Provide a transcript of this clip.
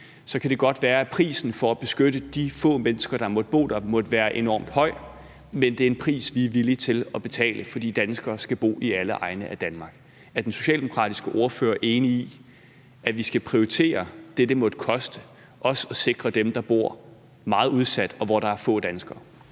så kan det godt være, at prisen for at beskytte de få mennesker, der måtte bo der, vil være enormt høj, men det er en pris, vi er villige til at betale, for danskere skal bo i alle egne af Danmark. Er den socialdemokratiske ordfører enig i, at vi skal prioritere det, det måtte koste, og også sikre dem, der bor meget udsat og på steder, hvor der er få danskere?